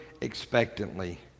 expectantly